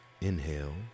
inhale